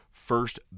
first